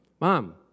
Mom